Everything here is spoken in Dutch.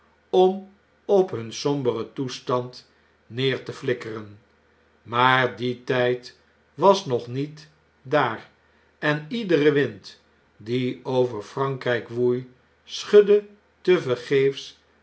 om op hun somberen toestand neer te flikkeren maar die th'd was nog niet daar en iedere wind die over frankryk woei schudde